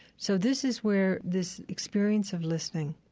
so this is where this experience of listening,